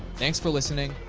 thanks for listening.